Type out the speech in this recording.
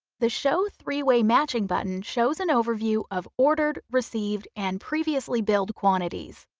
the show three-way matching button shows an overview of ordered received and previously billed quantities.